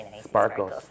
sparkles